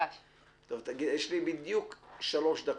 יש לי בדיוק שלוש דקות.